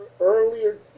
earlier